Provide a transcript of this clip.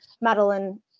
Madeline